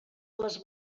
les